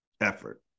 Effort